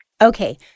Okay